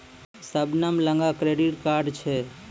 शबनम लगां credit card छै